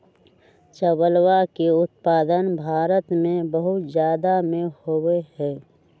चावलवा के उत्पादन भारत में बहुत जादा में होबा हई